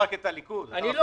אני לא